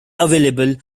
available